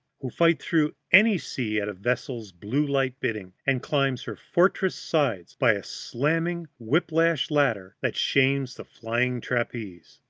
who fight through any sea at a vessel's blue-light bidding, and climb her fortress sides by a slamming whip-lash ladder that shames the flying trapeze.